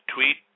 Tweet